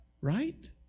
right